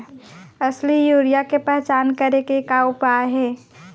असली यूरिया के पहचान करे के का उपाय हे?